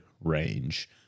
range